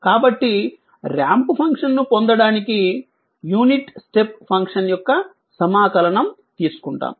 కాబట్టి ర్యాంప్ ఫంక్షన్ను పొందటానికి యూనిట్ స్టెప్ ఫంక్షన్ యొక్క సమాకలనం తీసుకుంటాము